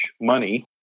money